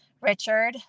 Richard